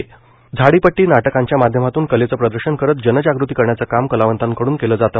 झाडीपट्टी चंद्रप्र झाडीपट्टी नाटकांच्या माध्यमातून कलेचं प्रदर्शन करत जनजागृती करण्याचं काम कलावंताकडून केलं जातं